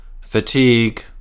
fatigue